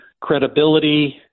credibility